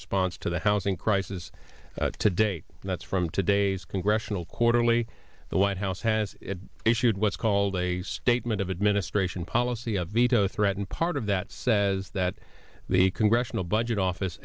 response to the housing crisis to date that's from today's congressional quarterly the white house has issued what's called a statement of administration policy a veto threat and part of that says that the congressional budget office